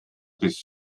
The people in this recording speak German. bis